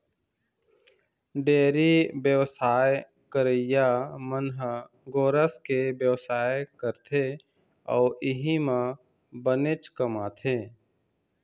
dairy बेवसाय करइया मन ह गोरस के बेवसाय करथे अउ इहीं म बनेच कमाथे